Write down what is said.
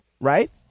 Right